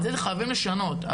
את זה חייבים לשנות,